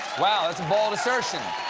wow. that's a bold assertion.